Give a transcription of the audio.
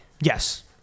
Yes